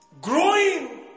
Growing